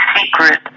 secret